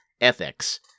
ethics